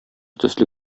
төсле